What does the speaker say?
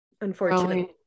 unfortunately